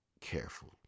careful